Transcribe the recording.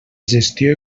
gestió